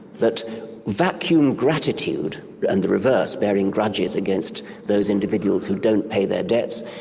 that vacuum gratitude and the reverse, bearing grudges against those individuals who don't pay their debts,